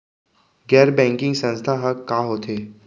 गैर बैंकिंग संस्था ह का होथे?